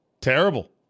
Terrible